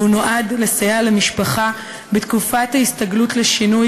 והוא נועד לסייע למשפחה בתקופת ההסתגלות לשינוי